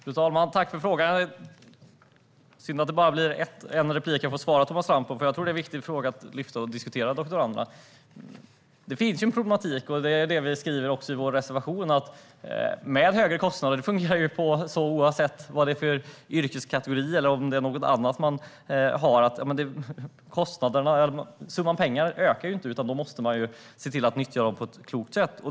Fru talman! Tack för frågan! Det är synd att jag bara har en replik för att svara Thomas Strand. Frågan om doktoranderna är en viktig fråga att lyfta fram och diskutera. Det finns ju en problematik, och som vi skriver i vår reservation fungerar det så, oavsett yrkeskategori eller annat, att med högre kostnader måste man se till att nyttja pengarna på ett klokt sätt.